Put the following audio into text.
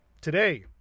today